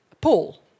Paul